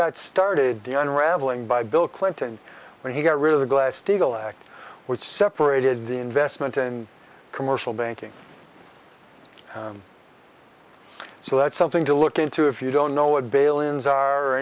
got started the unraveling by bill clinton when he got rid of the glass steagall act which separated the investment in commercial banking so that's something to look into if you don't know